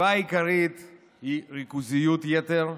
הסיבה העיקרית היא ריכוזיות יתר,